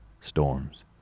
storms